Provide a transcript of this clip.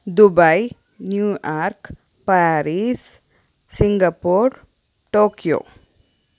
Dubai New York Paris Singapore Tokyo